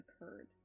occurred